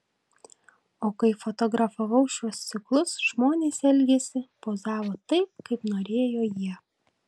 o kai fotografavau šiuos ciklus žmonės elgėsi pozavo taip kaip norėjo jie